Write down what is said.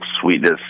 sweetness